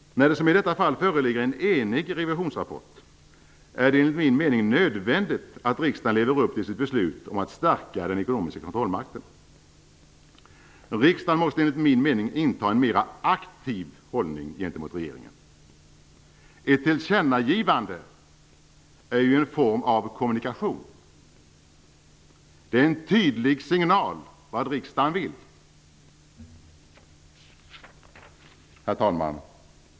När det som i detta fall föreligger en enig revisionsrapport är det enligt min mening nödvändigt att riksdagen lever upp till sitt beslut om att stärka den ekonomiska kontrollmakten. Riksdagen måste enligt min mening inta en mer aktiv hållning gentemot regeringen. Ett tillkännagivande är en form av kommunikation. Det är en tydlig signal om vad riksdagen vill. Herr talman!